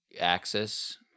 Axis